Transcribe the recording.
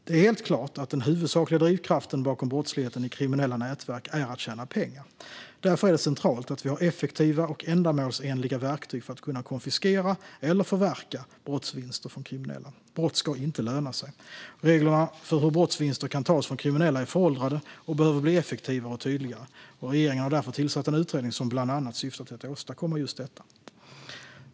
Det är helt klart att den huvudsakliga drivkraften bakom brottsligheten i kriminella nätverk är att tjäna pengar. Därför är det centralt att vi har effektiva och ändamålsenliga verktyg för att kunna konfiskera, eller förverka, brottsvinster från kriminella. Brott ska inte löna sig. Reglerna för hur brottsvinster kan tas från kriminella är föråldrade och behöver bli effektivare och tydligare. Regeringen har därför tillsatt en utredning som bland annat syftar till att åstadkomma just detta.